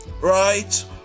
right